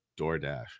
DoorDash